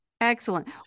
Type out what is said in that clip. excellent